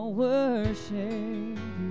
worship